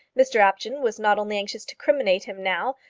mr apjohn was not only anxious to criminate him now,